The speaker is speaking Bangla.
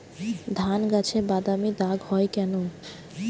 ধানগাছে বাদামী দাগ হয় কেন?